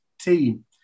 team